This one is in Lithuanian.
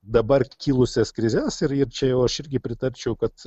dabar kilusias krizes ir ir čia jau aš irgi pritarčiau kad